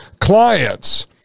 clients